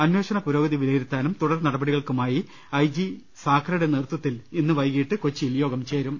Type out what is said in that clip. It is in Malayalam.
അന്വേഷണ പുരോ ഗതി വിലയിരുത്താനും തുടർ നടപടികൾക്കുമായി ഐ ജി വിജയ് സാഖറെയുടെ നേതൃത്വത്തിൽ ഇന്ന് വൈകീട്ട് കൊച്ചിയിൽ യോഗം ചേരുന്നുണ്ട്